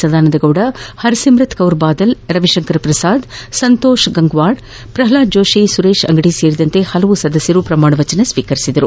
ಸದಾನಂದಗೌಡ ಹರ್ ಸಿಮ್ರತ್ ಕೌರ್ ಬಾದಲ್ ರವಿಶಂಕರ್ ಪ್ರಸಾದ್ ಸಂತೋಷ್ ಗಂಗ್ವಾರ್ ಪ್ರಲ್ಡಾದ್ ಜೋಶಿ ಸುರೇಶ್ ಅಂಗದಿ ಸೇರಿದಂತೆ ಹಲವು ಸದಸ್ಯರಾಗಿ ಪ್ರಮಾಣ ವಚನ ಸ್ವೀಕರಿಸಿದರು